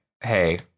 hey